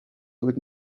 with